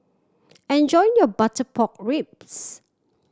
enjoy your butter pork ribs